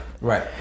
right